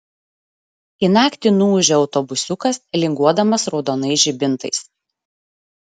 į naktį nuūžia autobusiukas linguodamas raudonais žibintais